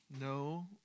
No